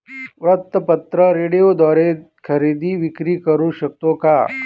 वृत्तपत्र, रेडिओद्वारे खरेदी विक्री करु शकतो का?